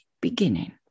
beginning